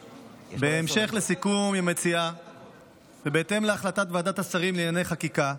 בהמשך לסיכום עם המציעה ובהתאם להחלטת ועדת השרים לענייני חקיקה,